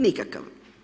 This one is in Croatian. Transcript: Nikakav.